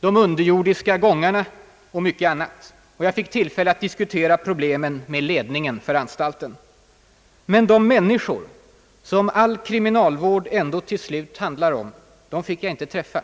de underjordiska gångarna och mycket annat. Och jag fick tillfälle att diskutera problemen med ledningen för anstalten. Men de människor, som all kriminalvård ändå till slut handlar om, fick jag inte träffa.